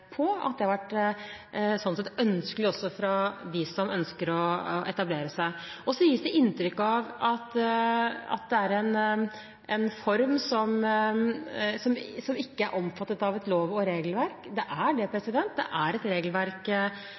på, og at det sånn sett også har vært ønskelig av dem som ønsker å etablere seg. Det gis inntrykk av at dette er en form som ikke er omfattet av et lov- og regelverk. Den er det – det er et regelverk